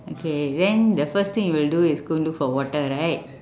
okay then the first thing you will do is go and look for water right